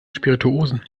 spirituosen